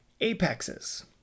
Apexes